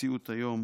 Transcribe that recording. המציאות היום